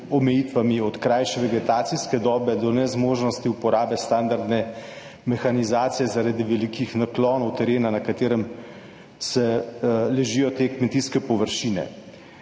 omejitvami, od krajše vegetacijske dobe do nezmožnosti uporabe standardne mehanizacije zaradi velikih naklonov terena, na katerem ležijo te kmetijske površine,